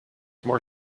more